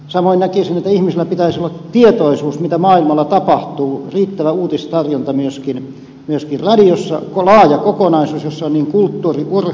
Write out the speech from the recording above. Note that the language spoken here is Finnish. samoin näkisin että ihmisillä pitäisi olla tietoisuus siitä mitä maailmalla tapahtuu riittävä uutistarjonta myöskin radiossa koko laaja kokonaisuus jossa on niin kulttuuri urheilu kuin politiikka